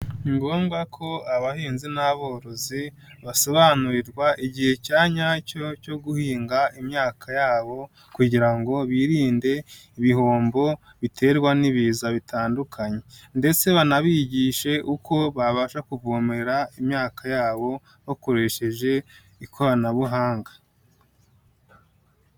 Ni ngombwa ko abahinzi n'aborozi basobanurirwa igihe cya nyacyo cyo guhinga imyaka yabo kugira ngo birinde ibihombo biterwa n'ibiza bitandukanye ndetse banabigishe uko babasha kuvomerera imyaka yabo bakoresheje ikoranabuhanga